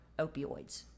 opioids